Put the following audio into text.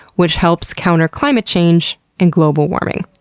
which helps counter climate change and global warming,